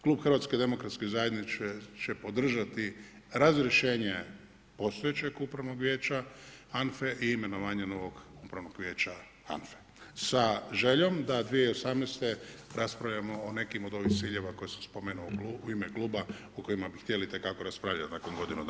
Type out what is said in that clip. Klub HDZ će podržati razrješenje postojećeg upravnog vijeća, HANFA-e i imenovanja novog upravnog vijeća HANFA-e, sa željom da 2018. raspravljamo o nekim od ovih ciljeva koje sam spomenuo u ime kluba o kojima bi htjeli itekako raspravljati nakon godinu dana.